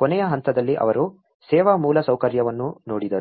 ಕೊನೆಯ ಹಂತದಲ್ಲಿ ಅವರು ಸೇವಾ ಮೂಲಸೌಕರ್ಯವನ್ನೂ ನೋಡಿದರು